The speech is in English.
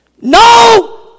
No